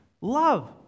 love